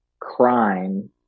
crime